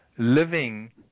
living